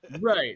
Right